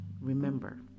remember